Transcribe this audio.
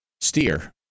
steer